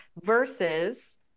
versus